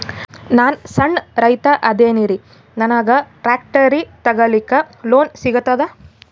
ನಾನ್ ಸಣ್ ರೈತ ಅದೇನೀರಿ ನನಗ ಟ್ಟ್ರ್ಯಾಕ್ಟರಿ ತಗಲಿಕ ಲೋನ್ ಸಿಗತದ?